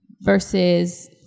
Versus